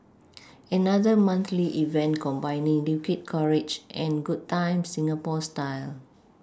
another monthly event combining liquid courage and good times Singapore style